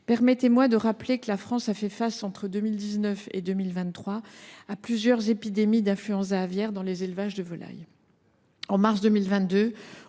Permettez moi de rappeler que la France a fait face entre 2019 et 2023 à plusieurs épidémies d’influenza aviaire dans les élevages de volailles. En mars 2022,